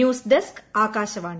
news desk Akashvani